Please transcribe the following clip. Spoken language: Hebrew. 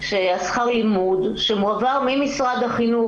של שכר הלימוד שמועבר ממשרד החינוך,